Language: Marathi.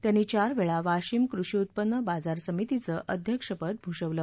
त्यांनी चार वेळा वाशिम कृषी उत्पन्न बाजार समितीचं अध्यक्षपद भूषवलं